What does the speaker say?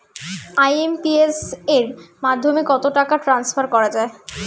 IMPS এর মাধ্যমে কত টাকা ট্রান্সফার করা যায়?